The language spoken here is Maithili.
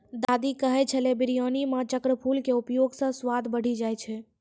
दादी कहै छेलै बिरयानी मॅ चक्रफूल के उपयोग स स्वाद बढ़ी जाय छै